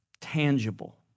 tangible